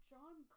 John